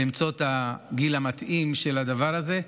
למצוא את הגיל המתאים של הדבר הזה,